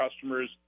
customers